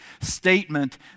statement